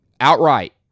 outright